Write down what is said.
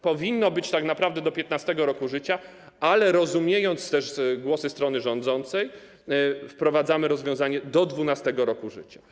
Powinno być tak naprawdę do 15. roku życia, ale rozumiejąc też głosy strony rządzącej, wprowadzamy rozwiązanie do 12. roku życia.